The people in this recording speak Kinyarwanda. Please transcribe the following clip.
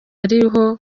iriho